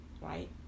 Right